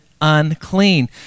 unclean